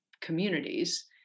communities